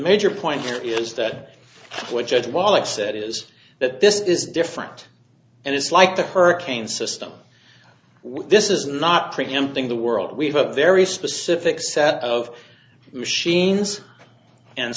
major point here is that what judge wallace said is that this is different and it's like the hurricane system this is not preempting the world we have a very specific set of machines and